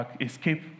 escape